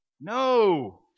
No